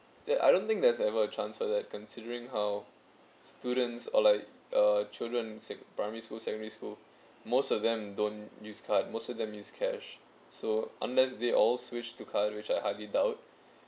ya I don't think there's ever a chance for that considering how students or like uh children's in primary school secondary school most of them don't use card most of them use cash so unless they all switch to card which I highly doubt